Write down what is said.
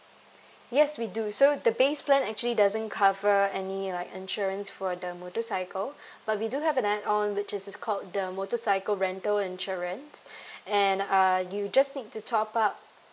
yes we do so the base plan actually doesn't cover any like insurance for the motorcycle but we do have an add on which is called the motorcycle rental insurance and uh you just need to top up